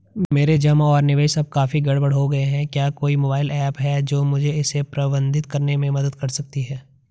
मेरे जमा और निवेश अब काफी गड़बड़ हो गए हैं क्या कोई मोबाइल ऐप है जो मुझे इसे प्रबंधित करने में मदद कर सकती है?